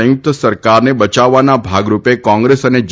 સંયુક્ત સરકારન બયાવવાના ભાગરૂપ કોંગ્રક્ષ અન જે